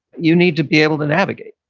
you need to be able to navigate